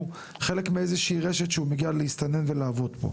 חלק מאיזושהי רשת שהוא מגיע להסתנן ולעבוד פה.